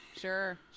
Sure